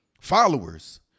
followers